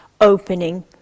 opening